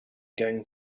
going